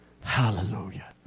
Hallelujah